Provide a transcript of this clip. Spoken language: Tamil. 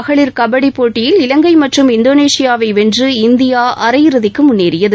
மகளிர் கபடி போட்டியில் இலங்கை மற்றும் இந்தோனேஷியாவை வென்று இந்தியா அரையிறுதிக்கு முன்னேறியது